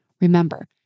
Remember